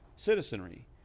Citizenry